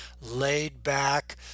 laid-back